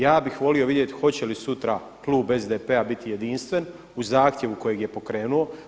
Ja bih volio vidjeti hoće li sutra klub SDP-a biti jedinstven u zahtjevu koji je pokrenuo?